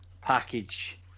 package